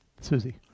Susie